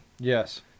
Yes